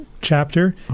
Chapter